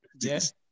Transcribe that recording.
Yes